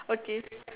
okay